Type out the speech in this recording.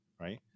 right